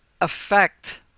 affect